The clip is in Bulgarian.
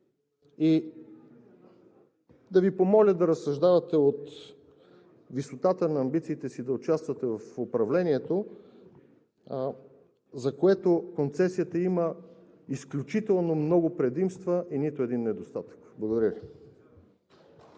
и да Ви помоля да разсъждавате от висотата на амбициите си да участвате в управлението, за което концесията има изключително много предимства и нито един недостатък. (Ръкопляскания